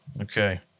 Okay